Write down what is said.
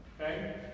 okay